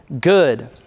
good